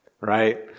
Right